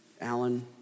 Alan